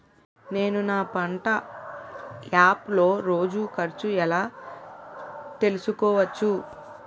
నేను నా పంట యాప్ లో రోజు ఖర్చు ఎలా తెల్సుకోవచ్చు?